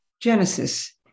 Genesis